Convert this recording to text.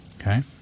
Okay